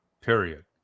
Period